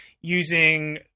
using